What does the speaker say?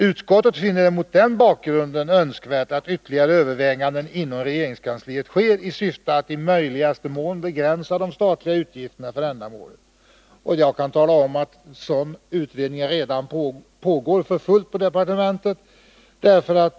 Utskottet finner det mot bakgrund härav önskvärt att ytterligare överväganden inom regeringskansliet sker i syfte att i möjligaste mån begränsa de statliga utgifterna för ändamålet.” Jag kan tala om att en sådan utredning redan pågår för fullt på departementet.